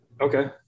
Okay